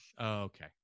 okay